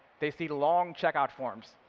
they see long checkout forms,